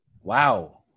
Wow